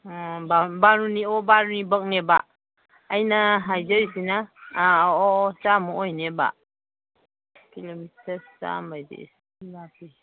ꯑꯣ ꯕꯥꯔꯨꯅꯤ ꯑꯣ ꯕꯥꯔꯨꯅꯤꯐꯥꯎꯅꯦꯕ ꯑꯩꯅ ꯍꯥꯏꯖꯔꯤꯁꯤꯅ ꯑꯥ ꯑꯥ ꯑꯣ ꯑꯣ ꯆꯥꯃꯃꯨꯛ ꯑꯣꯏꯅꯦꯕ ꯀꯤꯂꯣꯃꯤꯇꯔ ꯆꯥꯃꯗꯤ ꯂꯥꯞꯄꯤ